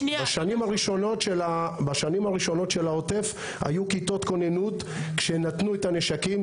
בשנים הראשונות של העוטף היו כיתות כוננות כשנתנו את הנשקים,